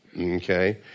okay